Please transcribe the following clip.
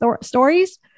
stories